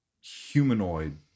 Humanoid